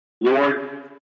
Lord